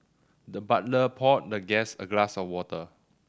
the butler poured the guest a glass of water